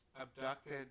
abducted